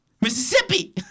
Mississippi